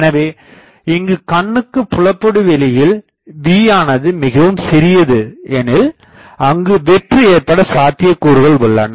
எனவே இங்கு கண்ணுக்கு புலப்படு வெளியில் v யானது மிகவும் சிறியது எனில் அங்கு வெற்று ஏற்பட சத்தியகூறுகள் உள்ளன